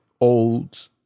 old